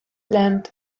land